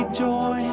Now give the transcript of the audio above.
joy